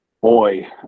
Boy